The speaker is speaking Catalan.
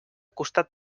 costat